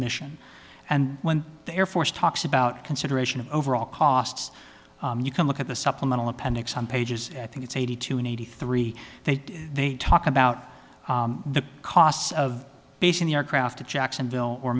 mission and when the air force talks about consideration of overall costs you can look at the supplemental appendix on pages i think it's eighty two and eighty three they they talk about the costs of basing the aircraft to jacksonville or